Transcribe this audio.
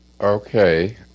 Okay